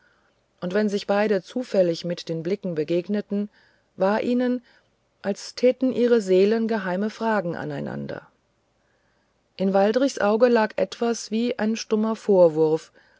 und wenn sich beide zufällig mit den blicken begegneten war ihnen als täten ihre seelen geheime fragen aneinander in waldrichs auge lag etwas wie ein stummer vorwurf